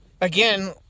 again